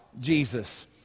Jesus